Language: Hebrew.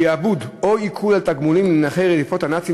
שעבוד או עיקול של תגמולים לנכי רדיפות הנאצים